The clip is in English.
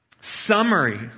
summary